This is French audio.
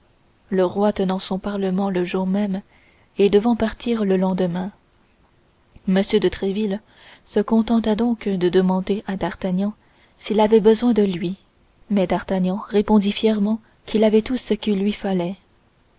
le roi tenant son parlement le jour même et devant partir le lendemain m de tréville se contenta donc de demander à d'artagnan s'il avait besoin de lui mais d'artagnan répondit fièrement qu'il avait tout ce qu'il lui fallait